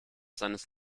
seines